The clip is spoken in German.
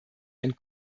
ein